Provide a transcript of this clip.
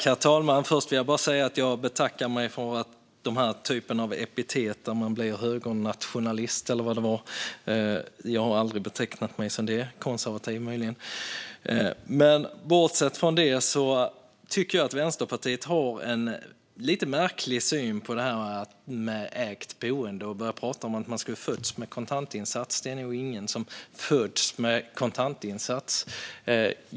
Herr talman! Först vill jag bara säga att jag betackar mig för den typen av epitet där man blir kallad högernationalist, eller vad det var. Jag har aldrig betecknat mig som det, möjligen som konservativ. Bortsett från detta tycker jag att Vänsterpartiet har en lite märklig syn på detta med ägt boende, och ledamoten börjar prata om att man skulle ha fötts med en kontantinsats. Det är nog ingen som föds med en kontantinsats.